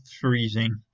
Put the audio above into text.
freezing